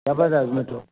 जबरदस्तु मिठो